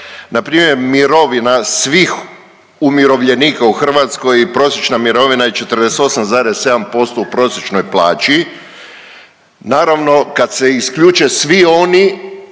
Npr. mirovina svih umirovljenika u Hrvatskoj i prosječna mirovina je 48,7% u prosječnoj plaći. Naravno, kad se isključe svi oni,